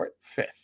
fifth